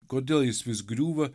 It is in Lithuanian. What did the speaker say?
kodėl jis vis griūva